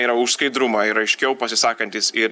yra už skaidrumą ir aiškiau pasisakantys ir